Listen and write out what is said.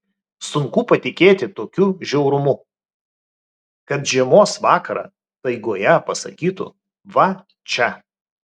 sunku patikėti tokiu žiaurumu kad žiemos vakarą taigoje pasakytų va čia